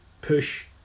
push